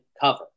cover